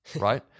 right